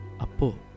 Apo